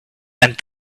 and